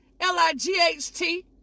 L-I-G-H-T